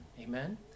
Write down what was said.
Amen